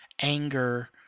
anger